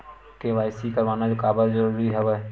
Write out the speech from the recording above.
KYC करवाना काबर जरूरी हवय?